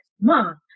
mom